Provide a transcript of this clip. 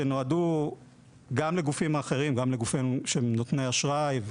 שנועדו גם לגופים האחרים; לגופים שהם נותני אשראי,